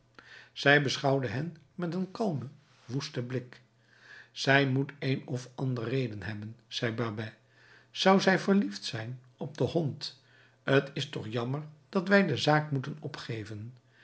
zij beschouwde hen met een kalmen woesten blik zij moet een of andere reden hebben zei babet zou zij verliefd zijn op den hond t is toch jammer dat wij de zaak moeten opgeven